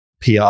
PR